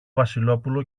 βασιλόπουλο